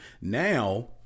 Now